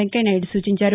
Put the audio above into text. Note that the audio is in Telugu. వెంకయ్య నాయుడు సూచించారు